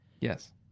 Yes